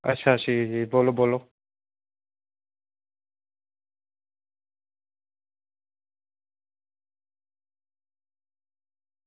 अच्छा ठीक ठीक बोल्लो बोल्लो